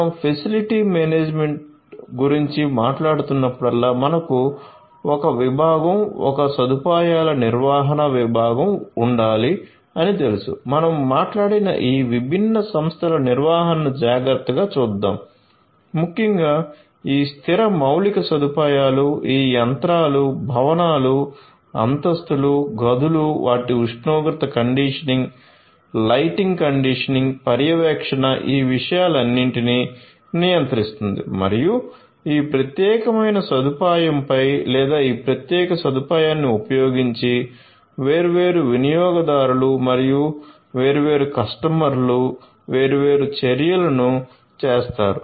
మనం facility management గురించి మాట్లాడుతున్నప్పుడల్లా మనకు ఒక విభాగం ఒక సదుపాయాల నిర్వహణ విభాగం ఉండాలి అని తెలుసు మనం మాట్లాడిన ఈ విభిన్న సంస్థల నిర్వహణను జాగ్రత్తగా చూద్దాం ముఖ్యంగా ఈ స్థిర మౌలిక సదుపాయాలు ఈ యంత్రాలు భవనాలు అంతస్తులు గదులు వాటి ఉష్ణోగ్రత కండిషనింగ్ లైటింగ్ కండిషనింగ్ పర్యవేక్షణ ఈ విషయాలన్నింటినీ నియంత్రిస్తుంది మరియు ఈ ప్రత్యేకమైన సదుపాయంపై లేదా ఈ ప్రత్యేక సదుపాయాన్ని ఉపయోగించి వేర్వేరు వినియోగదారులు మరియు వేర్వేరు కస్టమర్లు వేర్వేరు చర్యలను చేస్తారు